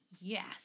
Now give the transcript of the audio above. yes